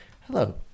Hello